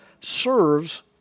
serves